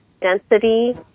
Density